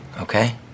okay